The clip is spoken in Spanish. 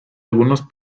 algunos